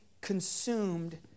consumed